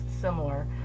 similar